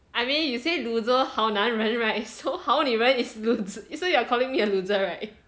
I mean you say loser 好男人 right so 好女人 is loser so you are calling me a loser right